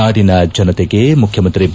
ನಾಡಿನ ಜನತೆಗೆ ಮುಖ್ಯಮಂತ್ರಿ ಬಿ